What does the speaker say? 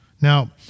Now